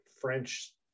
French